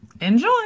Enjoy